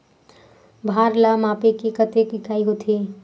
भार ला मापे के कतेक इकाई होथे?